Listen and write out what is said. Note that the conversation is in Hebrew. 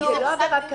זו לא עבירה קיימת.